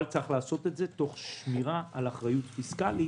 אבל צריך לעשות את זה תוך שמירה על אחריות פיסקלית.